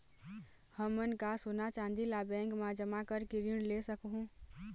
हमन का सोना चांदी ला बैंक मा जमा करके ऋण ले सकहूं?